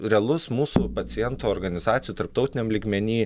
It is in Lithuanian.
realus mūsų pacientų organizacijų tarptautiniam lygmeny